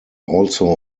also